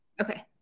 Okay